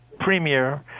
premier